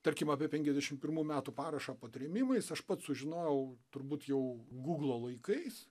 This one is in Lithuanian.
tarkim apie penkiasdešimt pirmų metų parašą po trėmimais aš pats sužinojau turbūt jau guglo laikais